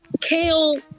kale